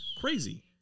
Crazy